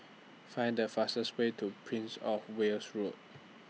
Find The fastest Way to Prince of Wales Road